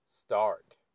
start